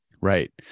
Right